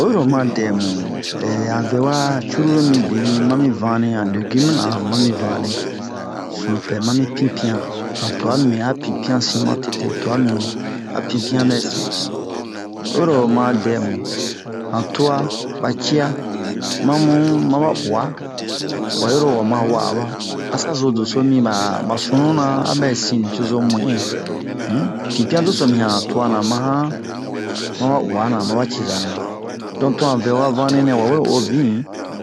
oyiro oma dɛmu han vɛwa curulu mibin mami vanle han legimu-na han mami vanle sunupɛ mami pinpiyan han twa mibin a pinpiyan sin matete twa mibin a pinpiyan ɓɛse oyiro oma dɛmu han tuwa ɓa ciya mamu aba uwa wayiro ha ma wa'a ɓa asa-zo doso mi ɓa ɓa sunu-na a bɛsin sucozo mu'in um pinpiyan doso mi han tuwa na ma han ma ɓa uwa na ma ɓa ciza na donk to han vɛha vanle nɛ wa wee o bin